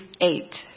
eight